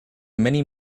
mini